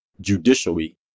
judicially